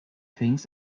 things